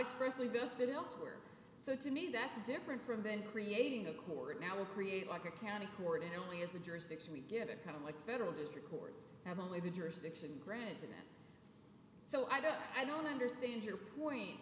vested elsewhere so to me that's different from then creating a court now we create like a county court and only as a jurisdiction we get it kind of like federal district courts have only been jurisdiction granted so i don't i don't understand your point